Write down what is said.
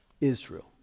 Israel